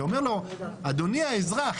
זה אומר לו: אדוני האזרח,